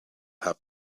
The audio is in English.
have